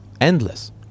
endless